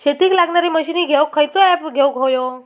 शेतीक लागणारे मशीनी घेवक खयचो ऍप घेवक होयो?